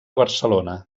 barcelona